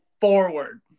forward